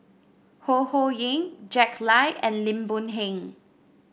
Ho Ho Ying Jack Lai and Lim Boon Heng